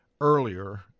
earlier